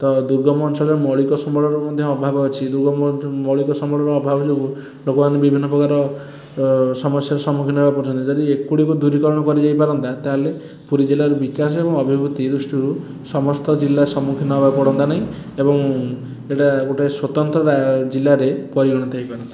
ତ ଦୁର୍ଗମ ଅଞ୍ଚଳରେ ମୌଳିକ ସମ୍ବଳର ମଧ୍ୟ ଅଭାବ ଅଛି ମୌଳିକ ସମ୍ବଳର ଅଭାବ ଯୋଗୁ ଲୋକମାନେ ବିଭିନ୍ନ ପ୍ରକାର ସମସ୍ୟାର ସମ୍ମୁଖୀନ ହେବାକୁ ପଡ଼ୁଛନ୍ତି ଯଦି ଏଗୁଡ଼ିକୁ ଦୂରୀକରଣ କରାଯାଇ ପାରନ୍ତା ତା'ହେଲେ ପୁରୀ ଜିଲ୍ଲାର ବିକାଶ ଓ ଅଭିବୃଦ୍ଧି ଦୃଷ୍ଟିରୁ ସମସ୍ତ ଜିଲ୍ଲା ସମ୍ମୁଖୀନ ହେବାକୁ ପଡ଼ନ୍ତା ନାହିଁ ଏବଂ ଏଇଟା ଗୋଟେ ସ୍ୱତନ୍ତ୍ର ଜିଲ୍ଲାରେ ପରିଗଣିତ ହେଇପାରନ୍ତା